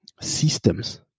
systems